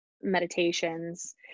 meditations